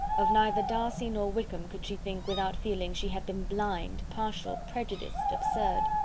of neither darcy nor wickham could she think without feeling she had been blind, partial, prejudiced, absurd.